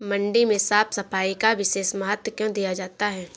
मंडी में साफ सफाई का विशेष महत्व क्यो दिया जाता है?